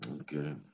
okay